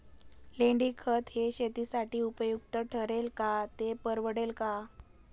लेंडीखत हे शेतीसाठी उपयुक्त ठरेल का, ते परवडेल का?